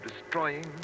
destroying